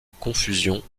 confusion